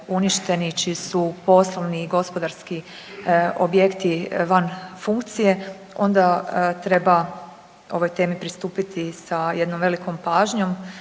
uništeni, čiji su poslovni i gospodarski objekti van funkcije onda treba ovoj temi pristupiti sa jednom velikom pažnjom